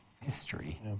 history